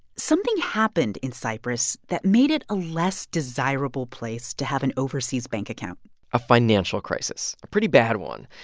something happened in cyprus that made it a less desirable place to have an overseas bank account a financial crisis, a pretty bad one.